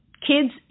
Kids